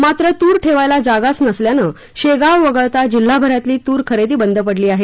मात्र तूर ठेवायला जागाच नसल्याने शेगाव वगळता जिल्हाभरातील तूर खरेदी बंद पडली आहे